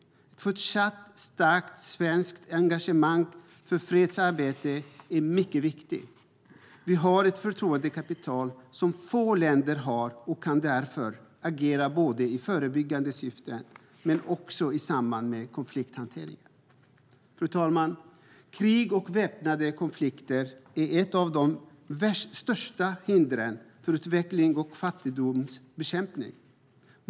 Ett fortsatt starkt svenskt engagemang för fredsarbete är mycket viktigt. Vi har ett förtroendekapital som få länder har och kan därför agera i förebyggande syfte men också i samband med konflikthanteringar. Krig och väpnade konflikter är ett av de största hindren för utveckling och fattigdomsbekämpning.